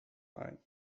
ein